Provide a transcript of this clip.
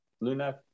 Luna